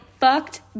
fucked